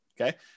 Okay